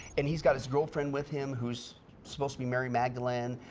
and he's got his girlfriend with him who is supposed to be mary magdalene.